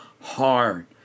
hard